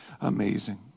amazing